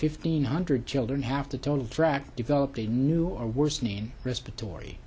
fifteen hundred children have to total track develop a new or worsening respiratory